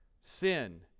Sin